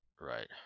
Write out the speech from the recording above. Right